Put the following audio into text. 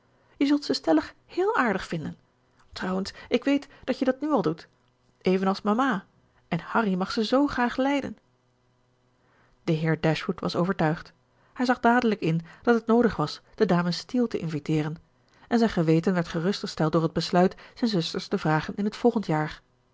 je zult ze stellig héél aardig vinden trouwens ik weet dat je dat nu al doet evenals mama en harry mag ze zoo graag lijden de heer dashwood was overtuigd hij zag dadelijk in dat het noodig was de dames steele te inviteeren en zijn geweten werd gerustgesteld door het besluit zijn zusters te vragen in het volgend jaar